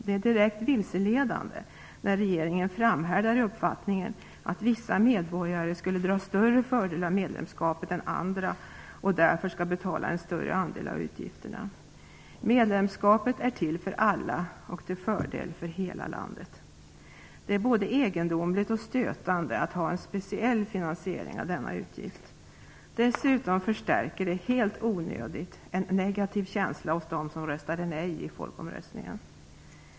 Det är direkt vilseledande när regeringen framhärdar i uppfattningen att vissa medborgare drar större fördelar av medlemskapet än andra och därför skall betala en större andel av utgifterna. Medlemskapet är till för alla och till fördel för hela landet. Det är både egendomligt och stötande att ha en speciell finansiering av denna utgift. Dessutom förstärker det helt onödigt en negativ känsla hos dem som röstade nej i folkomröstningen.